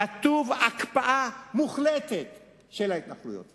כתוב: הקפאה מוחלטת של ההתנחלויות.